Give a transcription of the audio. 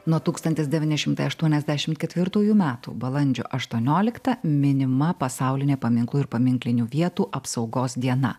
nuo tūkstantis devyni šimtai aštuoniasdešimt ketvirtųjų metų balandžio aštuonioliktą minima pasaulinė paminklų ir paminklinių vietų apsaugos diena